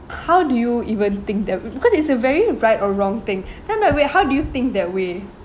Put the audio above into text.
how do you even think that because it's a very right or wrong thing then I'm like wait how do you think that way